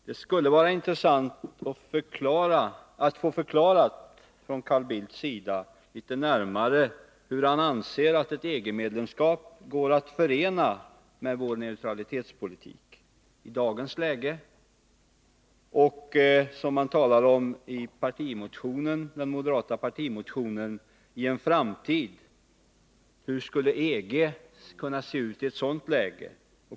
Det skulle vara intressant att få det litet närmare förklarat av Carl Bildt hur han anser att ett EG-medlemskap går att förena med vår neutralitetspolitik i dag och — som man talar om i den moderata partimotionen — i en framtid. Hur skulle EG kunna se ut i ett sådant läge?